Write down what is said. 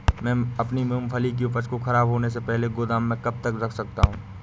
मैं अपनी मूँगफली की उपज को ख़राब होने से पहले गोदाम में कब तक रख सकता हूँ?